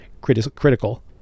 critical